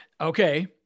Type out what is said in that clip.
Okay